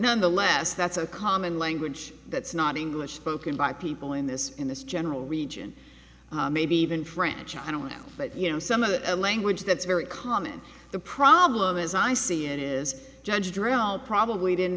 nonetheless that's a common language that's not english spoken by people in this in this general region maybe even french i don't know but you know some of the language that's very common the problem as i see it is judge drill probably didn't